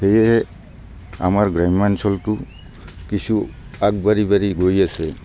সেয়েহে আমাৰ গ্ৰাম্যাঞ্চলতো কিছু আগবাঢ়ি বাঢ়ি গৈ আছে